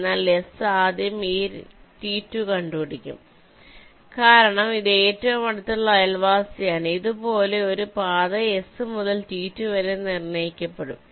അതിനാൽ എസ് ആദ്യം ഈ T2 കണ്ടുപിടിക്കും കാരണം ഇത് ഏറ്റവും അടുത്തുള്ള അയൽവാസിയാണ് ഇതുപോലുള്ള ഒരു പാത S മുതൽ T2 വരെ നിർണ്ണയിക്കപ്പെടും